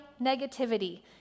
negativity